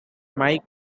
mike